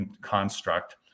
construct